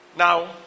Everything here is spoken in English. Now